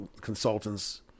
consultants